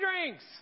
drinks